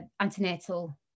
antenatal